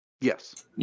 Yes